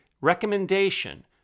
recommendation